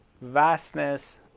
vastness